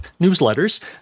newsletters